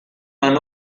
man